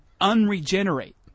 unregenerate